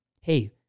Hey